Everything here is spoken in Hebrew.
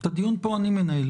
את הדיון פה אני מנהל.